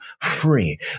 free